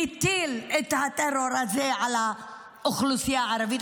מטיל את הטרור הזה על האוכלוסייה הערבית,